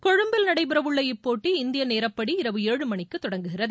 கொழும்பில் நடைபெறவுள்ள இப்போட்டி இந்திய நேரப்படி இரவு ஏழு மணிக்கு தொடங்குகிறது